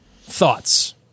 thoughts